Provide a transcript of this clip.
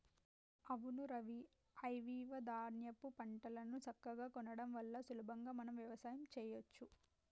అవును రవి ఐవివ ధాన్యాపు పంటలను సక్కగా కొనడం వల్ల సులభంగా మనం వ్యవసాయం సెయ్యచ్చు